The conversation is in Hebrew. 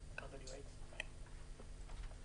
אני מייעץ בתחום הזה לחבר הכנסת טיבי.